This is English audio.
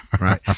Right